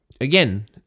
again